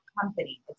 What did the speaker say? company